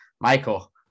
Michael